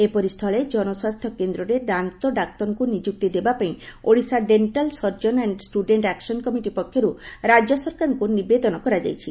ଏପରିସ୍ଚଳେ ଜନସ୍ୱାସ୍ଥ୍ୟ କେନ୍ଦ୍ରରେ ଦାନ୍ତ ଡାକ୍ତରଙ୍କ ନିଯୁକ୍ତି ଦେବାପାଇଁ ଓଡ଼ିଶା ଡେକ୍କାଲ ସର୍ଜନ ଆଣ୍ଡ ଷ୍ବଡେକ୍କ ଆକ୍ନନ୍ କମିଟି ପକ୍ଷରୁ ରାଜ୍ୟ ସରକାରଙ୍କୁ ନିବେଦନ କରାଯାଇଛି